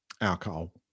alcohol